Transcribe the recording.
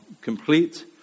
complete